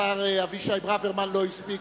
השר אבישי ברוורמן לא הספיק,